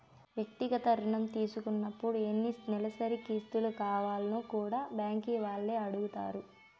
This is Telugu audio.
వ్యక్తిగత రుణం తీసుకున్నపుడు ఎన్ని నెలసరి కిస్తులు కావాల్నో కూడా బ్యాంకీ వాల్లే అడగతారు